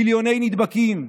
מיליוני נדבקים.